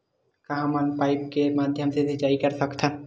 का हमन पाइप के माध्यम से सिंचाई कर सकथन?